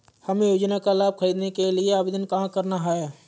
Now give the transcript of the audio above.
हमें योजना का लाभ ख़रीदने के लिए आवेदन कहाँ करना है?